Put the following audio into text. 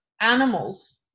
animals